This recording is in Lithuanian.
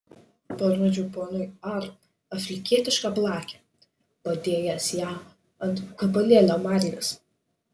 parodžiau ponui r afrikietišką blakę padėjęs ją ant gabalėlio marlės